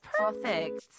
perfect